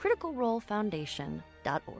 criticalrolefoundation.org